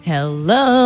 Hello